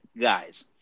guys